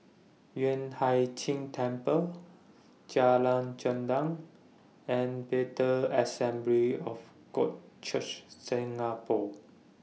Yueh Hai Ching Temple Jalan Gendang and Bethel Assembly of God Church Singapore